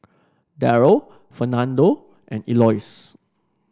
Darrel Fernando and Elois